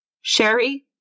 Sherry